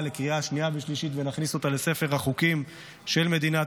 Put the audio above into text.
לקריאה שנייה ושלישית ונכניס אותה לספר החוקים של מדינת